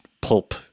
pulp